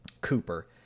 Cooper